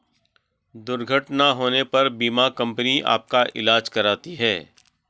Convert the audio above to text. दुर्घटना होने पर बीमा कंपनी आपका ईलाज कराती है